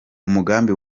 umugambi